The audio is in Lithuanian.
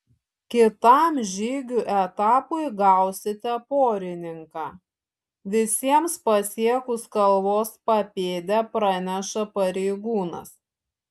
kitam žygių etapui gausite porininką visiems pasiekus kalvos papėdę praneša pareigūnas